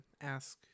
ask